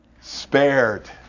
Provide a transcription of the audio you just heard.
Spared